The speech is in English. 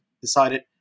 decided